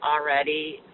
already